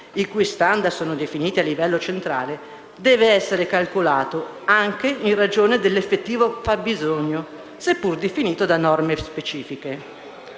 i cui *standard* sono definiti a livello centrale, deve essere calcolato anche in ragione dell'effettivo fabbisogno, seppur definito da norme specifiche.